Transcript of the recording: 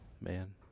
man